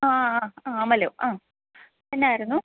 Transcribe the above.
ആ അ അമലു അ എന്നാരുന്നു